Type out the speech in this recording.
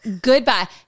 Goodbye